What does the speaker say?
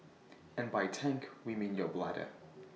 and by tank we mean your bladder